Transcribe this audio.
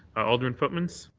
alderman pootmans?